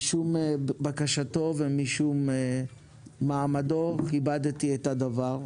משום בקשתו ומשום מעמדו כיבדתי את הדבר.